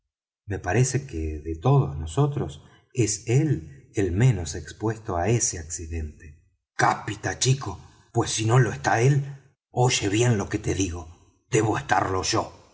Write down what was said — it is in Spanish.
me parece que de todos nosotros es él el menos expuesto á ese accidente cáspita chico pues si no lo está él oye bien lo que te digo debo estarlo yo